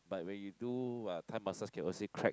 but when you do uh Thai massage can also crack